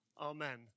Amen